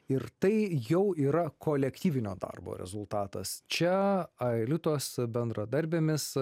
ir tai jau yra kolektyvinio darbo rezultatas čia aelitos bendradarbėmis